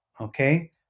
okay